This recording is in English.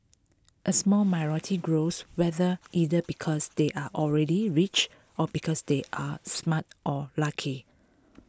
a small minority grows wealthier either because they are already rich or because they are smart or lucky